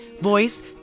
voice